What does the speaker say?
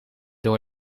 door